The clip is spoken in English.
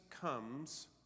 comes